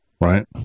Right